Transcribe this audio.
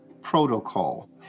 protocol